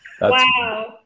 Wow